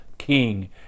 King